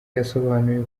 yasobanuye